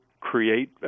create